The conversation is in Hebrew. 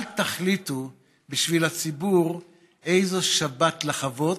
אל תחליטו בשביל הציבור איזו שבת לחוות,